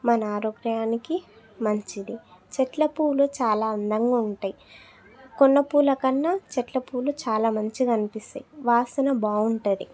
మన ఆరోగ్యానికి మంచిది చెట్ల పూలు చాలా అందంగా ఉంటయి కొన్న పూలకన్నా చెట్ల పూలు చాలా మంచిగా అనిపిస్తాయి వాసన బాగుంటుంది